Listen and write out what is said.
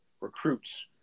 recruits